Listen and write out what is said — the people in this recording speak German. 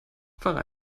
fahre